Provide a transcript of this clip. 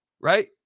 right